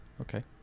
Okay